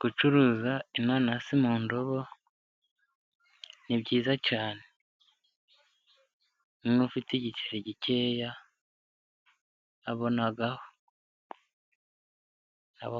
Gucuruza inanasi mu ndobo ni byiza cyane, n'ufite igiceri gikeya abonaho,